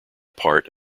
part